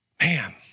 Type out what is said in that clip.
Man